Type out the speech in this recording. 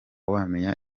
wamenya